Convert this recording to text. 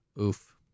oof